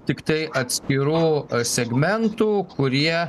tiktai atskirų segmentų kurie